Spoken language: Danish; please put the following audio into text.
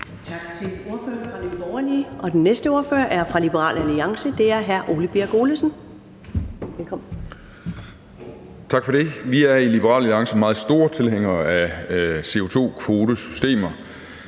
Vi er i Liberal Alliance meget store tilhængere af CO2-kvotesystemer